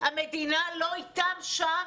המדינה לא אתם שם?